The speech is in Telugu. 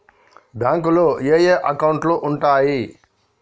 బ్యాంకులో ఏయే అకౌంట్లు ఉంటయ్?